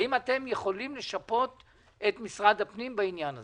האם אתם יכולים לשפות את משרד הפנים בעניין הזה?